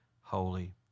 holy